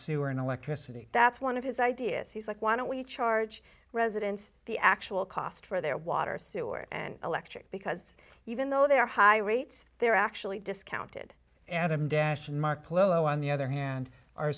sewer and electricity that's one of his ideas he's like why don't we charge residents the actual cost for their water sewer and electric because even though they're high rates they're actually discounted and i'm dash mark polow on the other hand are